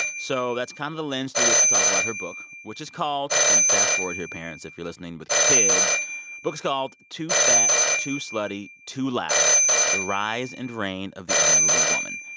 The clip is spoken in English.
so that's kind of the lens through which we talk about her book, which is called and fast forward here parents if you're listening with kids book's called, too fat, too slutty, too loud the rise and reign of the unruly woman.